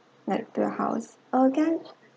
house